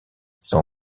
son